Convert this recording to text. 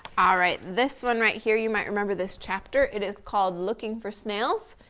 ah right, this one right here. you might remember this chapter, it is called looking for snails.